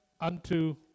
unto